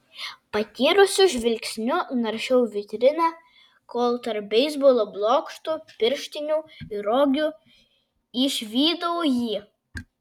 patyrusiu žvilgsniu naršiau vitriną kol tarp beisbolo blokštų pirštinių ir rogių išvydau jį